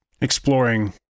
exploring